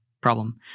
problem